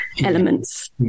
elements